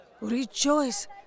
Rejoice